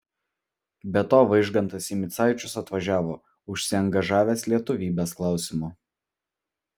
be to vaižgantas į micaičius atvažiavo užsiangažavęs lietuvybės klausimu